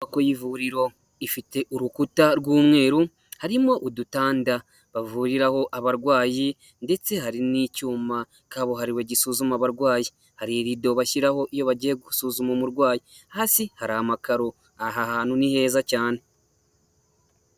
Inyubako y'ivuriro, ifite urukuta rw'umweru, harimo udutanda bavuriraho abarwayi, ndetse hari n'icyuma kabuhariwe gisuzuma abarwayi, hari irido bashyiraho iyo bagiye gusuzuma umurwayi, hasi hari amakaro, aha hantu ni heza cyane.